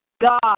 God